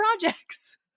projects